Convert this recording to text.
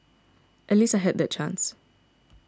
at least I had that chance